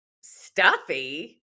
stuffy